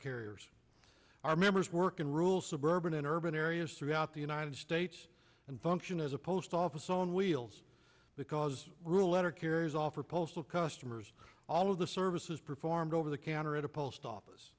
carriers are members work in rules suburban and urban areas throughout the united states and function as a post office on wheels because rule letter carriers offer postal customers all of the services performed over the counter at a post office